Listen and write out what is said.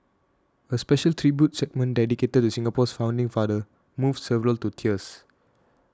a special tribute segment dedicated to Singapore's founding father moved several to tears